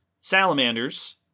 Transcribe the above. salamanders